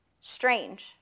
Strange